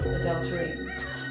adultery